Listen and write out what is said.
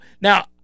Now